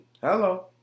hello